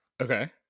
Okay